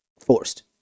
forced